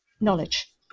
knowledge